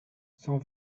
cent